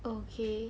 okay